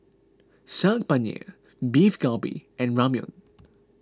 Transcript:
Saag Paneer Beef Galbi and Ramyeon